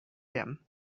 him